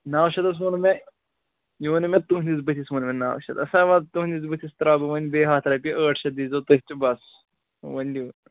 نَو شیٚتھ حظ ووٚن مےٚ یہِ ووٚنُے مےٚ تُہٕنٛدِس بٔتھِس ووٚن مےٚ نَو شَتھ سا وَ تُہٕنٛدِس بٔتھِس ترٛاوٕ بہٕ وَنۍ بیٚیہِ ہَتھ رۄپیہِ ٲٹھ شیٚتھ دیٖزیٚو تُہۍ تہٕ بَس وۅنۍ دِ